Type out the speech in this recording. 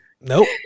nope